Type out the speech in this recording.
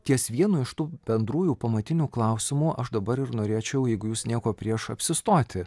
ties vienu iš tų bendrųjų pamatinių klausimų aš dabar ir norėčiau jeigu jūs nieko prieš apsistoti